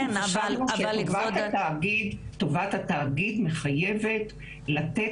אנחנו חשבנו שטובת התאגיד מחייבת לתת